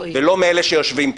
ולא מאלה שיושבים פה,